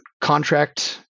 contract